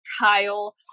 Kyle